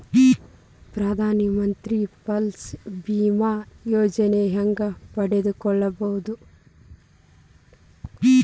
ಪ್ರಧಾನ ಮಂತ್ರಿ ಫಸಲ್ ಭೇಮಾ ಯೋಜನೆ ಹೆಂಗೆ ಪಡೆದುಕೊಳ್ಳುವುದು?